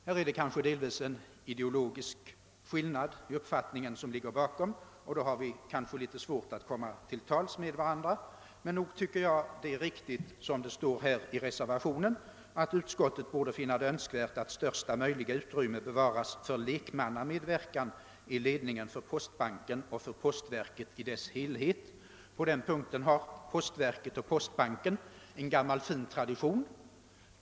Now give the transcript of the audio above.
Där ligger delvis ideologiska skillnader i uppfattningen bakom, och då har vi kanske litet svårt att komma till tals med varandra. Men nog tycker jag det är riktigt som det står skrivet i reservationen: »Utskottet finner det önskvärt att största möjliga utrymme bevaras för lekmannamedverkan i ledningen för postbanken och för postverket i dess helhet.» På denna punkt har postverket och postbanken en gammal fin tradition.